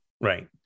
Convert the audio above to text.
right